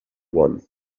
one